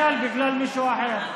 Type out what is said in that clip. נכשל בגלל מישהו אחר,